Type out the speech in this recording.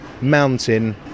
mountain